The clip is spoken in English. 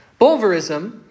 Bulverism